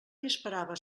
disparava